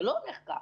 זה לא הולך ככה.